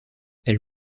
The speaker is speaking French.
elle